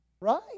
right